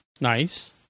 Nice